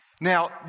now